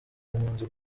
impunzi